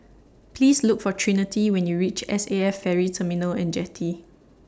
Please Look For Trinity when YOU REACH S A F Ferry Terminal and Jetty